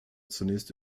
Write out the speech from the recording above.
zunächst